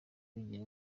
bigira